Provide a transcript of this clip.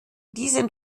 diesem